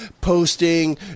posting